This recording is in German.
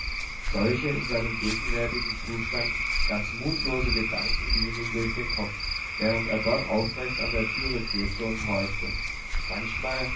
solche in seinem gegenwärtigen zustand ganz nutzlose gedanken gingen ihm durch den kopf während er dort aufrecht an der türe klebte und horchte manchmal